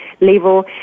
level